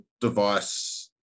device